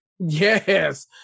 yes